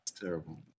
terrible